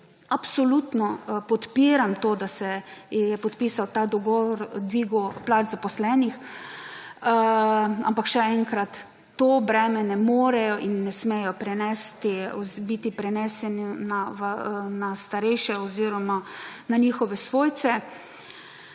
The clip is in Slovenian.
Absolutno podpiram to, da se je podpisal ta dogovor o dvigu plač zaposlenih, ampak še enkrat, to breme ne morejo in ne smejo prenesti na starejše oziroma na njihove svojce.